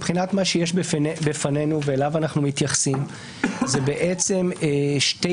מה שיש לפנינו ואליו אנחנו מתייחסים זה שתי